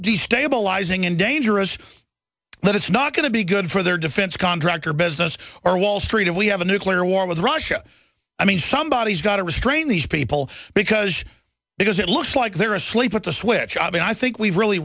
destabilizing and dangerous that it's not going to be good for their defense contractor business or wall street if we have a nuclear war with russia i mean somebody has got to restrain these people because because it looks like they're asleep at the switch i mean i think we've really